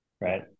Right